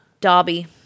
Dobby